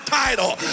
title